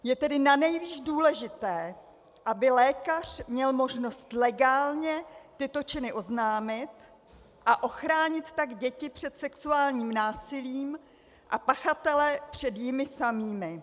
Je tedy nanejvýš důležité, aby lékař měl možnost legálně tyto činy oznámit, ochránit tak děti před sexuálním násilím a pachatele před jimi samými.